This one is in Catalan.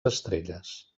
estrelles